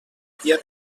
havia